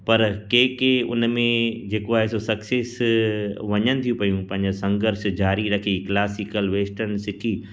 पर कंहिं कंहिं उन में जेको आहे सो सक्सेस वञनि थियूं पियूं पंहिंजो संघर्श ज़ारी रखी क्लासीकल वेस्टर्न सिखी